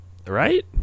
Right